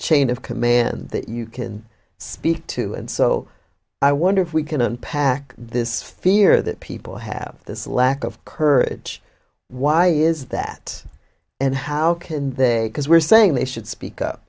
chain of command that you can speak to and so i wonder if we can unpack this fear that people have this lack of courage why is that and how can they as we're saying they should speak up